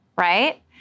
right